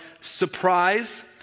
surprise